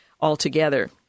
altogether